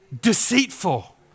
deceitful